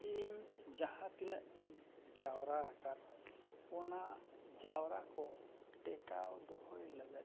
ᱤᱧ ᱡᱟᱦᱟᱸ ᱛᱤᱱᱟᱹᱜ ᱜᱤᱧ ᱡᱟᱣᱨᱟ ᱟᱠᱟᱫ ᱚᱱᱟ ᱡᱟᱣᱨᱟ ᱠᱚ ᱴᱮᱠᱟᱣ ᱫᱚᱦᱚᱭ ᱞᱟᱹᱜᱤᱫ